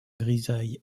grisaille